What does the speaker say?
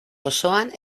osoan